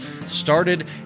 started